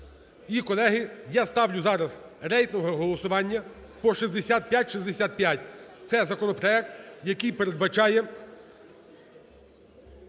І, колеги, я ставлю зараз рейтингове голосування по 6565. Це законопроект, який передбачає